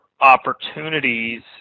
opportunities